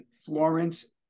Florence